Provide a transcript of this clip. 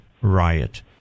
riot